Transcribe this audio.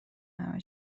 همه